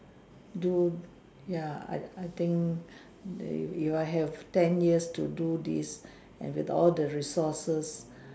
do ya I I think they if I have ten years to do this and with all the resources